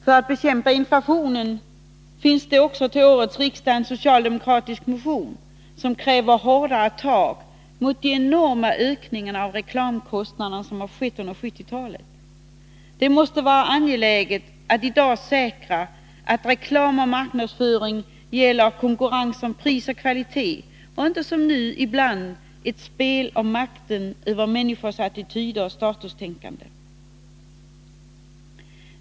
För att bekämpa inflationen har vi också till årets riksmöte avlämnat en socialdemokratisk motion som kräver hårdare tag mot de enorma ökningar av reklamkostnaderna som skett under 1970-talet. Det måste vara angeläget att i dag säkra att reklam och marknadsföring gäller konkurrens om pris och kvalitet och inte som nu ibland ett spel om makten över människors attityder och statustänkande.